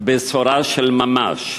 "בשורה של ממש",